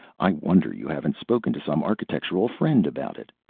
i wonder you haven't spoken to some architectural friend about it.